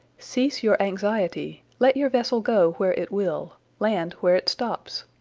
cease your anxiety, let your vessel go where it will land where it stops.